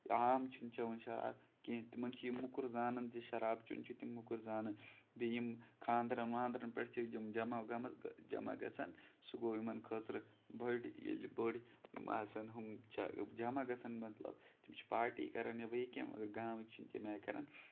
عام چھِ نہٕ چٮ۪وان شراب کیٚنٛہہ تِمن چھِ یہِ مۄکُر زانان زِ شراب چیٚون چھِ یِم مۄکُر زانان بیٚیہِ یِم خاندرن واندرن پٮ۪ٹھ یِم جمع گٔمٕژ گژھان سُہ گوٚو یِمن خٲطرٕ بٔڑۍ ییٚلہِ آسان بٔڑ ہم آسان جمع گژھان مطلب تِم چھِ پارٹی کران یا بیٚیہِ کیٚنٛہہ مگر گامٕکۍ چھِ نہٕ تَمہِ آیہِ کران